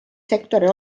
sektori